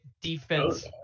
defense